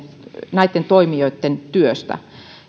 näitten toimijoitten työstä